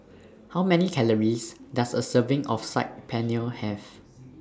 How Many Calories Does A Serving of Saag Paneer Have